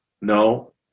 No